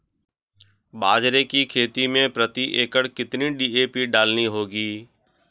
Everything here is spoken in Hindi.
बाजरे की खेती में प्रति एकड़ कितनी डी.ए.पी डालनी होगी?